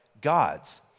gods